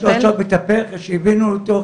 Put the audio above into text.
יש לו עכשיו מטפל אחרי שהבאנו אותו,